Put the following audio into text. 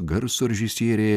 garso režisierė